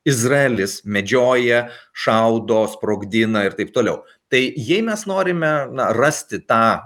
izraelis medžioja šaudo sprogdina ir taip toliau tai jei mes norime na rasti tą